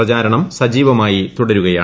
പ്രചാരണം സജീവമായി തുടരുകയാണ്